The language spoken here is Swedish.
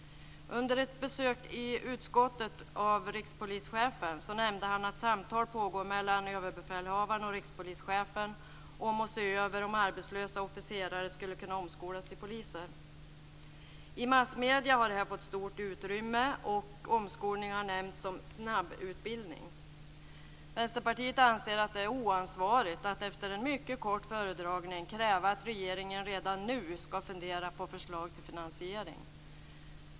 Under ett besök av rikspolischefen i utskottet nämnde han att samtal pågår mellan överbefälhavaren och rikspolischefen om att se över om arbetslösa officerare skulle kunna omskolas till poliser. I massmedierna har detta fått stort utrymme, och omskolning har nämnts som snabbutbildning. Vänsterpartiet anser att det är oansvarigt att efter en mycket kort föredragning kräva att regeringen redan nu ska fundera på förslag till finansiering.